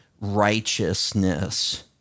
righteousness